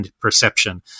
perception